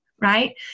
right